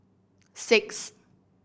six